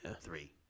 three